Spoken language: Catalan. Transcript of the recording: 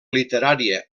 literària